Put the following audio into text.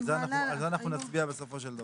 אז על זה אנחנו נצביע בסופו של דבר.